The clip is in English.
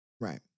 Right